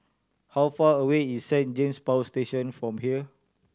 how far away is Saint James Power Station from here